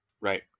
Right